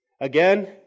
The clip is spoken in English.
Again